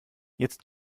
jetzt